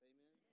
Amen